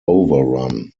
overrun